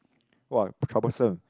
[wah] troublesome